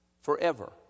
forever